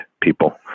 people